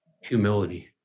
humility